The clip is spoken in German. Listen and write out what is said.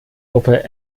gruppe